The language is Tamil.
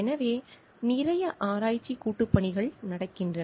எனவே நிறைய ஆராய்ச்சி கூட்டுப்பணிகள் நடக்கின்றன